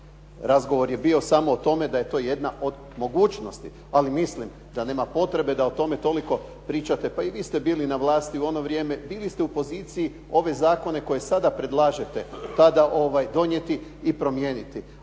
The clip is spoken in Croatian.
Razgovor je bio samo o tome da je to jedna od mogućnosti. Ali mislim da nema potrebe da o tome toliko pričate. Pa i vi ste bili na vlasti u ono vrijeme. Bili ste u poziciji ove zakone koje sada predlažete tada donijeti i promijeniti,